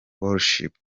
worship